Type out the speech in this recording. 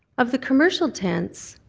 of the commercial tents,